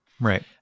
Right